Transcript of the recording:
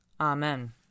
Amen